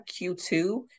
Q2